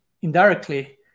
indirectly